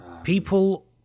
people